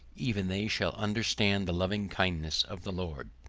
even they shall understand the loving kindness of the lord